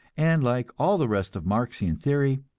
and like all the rest of marxian theory,